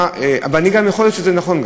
אבל יכול להיות שזה גם נכון,